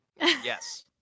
Yes